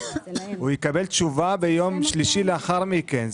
הוא יקבל תשובה ביום שלישי לאחר מכן.